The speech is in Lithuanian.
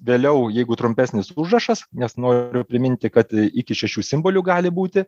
vėliau jeigu trumpesnis užrašas nes noriu priminti kad iki šešių simbolių gali būti